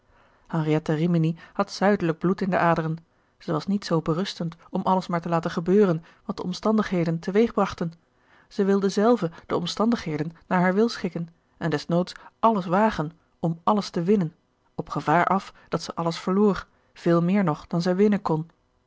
henriette rimini had zuidelijk bloed in de aderen zij was niet zoo berustend om alles maar te laten gebeuren wat de omstandigheden te weeg brachten zij wilde zelve de omstandigheden naar haar wil schikken en des noods alles wagen om alles te winnen op gevaar af dat zij alles verloor veel meer nog dan zij winnen kon